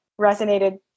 resonated